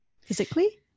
physically